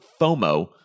FOMO